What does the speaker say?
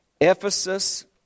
Ephesus